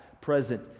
present